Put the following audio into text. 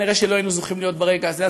כנראה לא היינו זוכים להיות ברגע הזה.